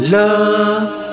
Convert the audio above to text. love